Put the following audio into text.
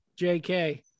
jk